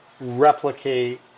replicate